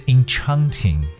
Enchanting